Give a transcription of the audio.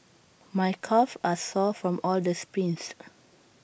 my calves are sore from all the sprints